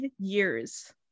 years